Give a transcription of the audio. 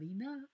enough